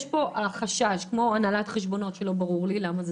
יש פה חשש לגבי נושא הנהלת חשבונות שלא ברור לי למה זה